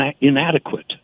inadequate